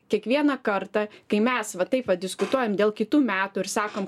kiekvieną kartą kai mes va taip va diskutuojam dėl kitų metų ir sakom